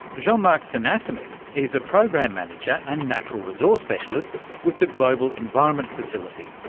jean-marc sinnassamy is a program manager and natural resources specialist with the global environment facility,